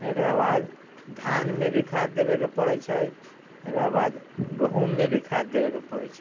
एकरा बाद धान मे भी खाद देबय के परै छै एकरा बाद गहूॅंम मे भी खाद देबय के परै छै